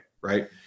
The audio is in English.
right